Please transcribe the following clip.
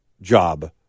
job